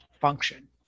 function